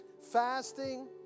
Fasting